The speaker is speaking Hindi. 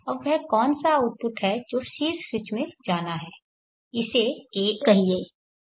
अब वह कौन सा आउटपुट है जो शीर्ष स्विच में जाना है इसे a कहिए